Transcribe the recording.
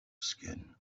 skin